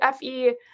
FE